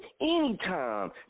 anytime